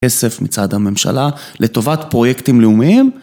כסף מצד הממשלה לטובת פרויקטים לאומיים.